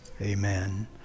Amen